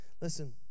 listen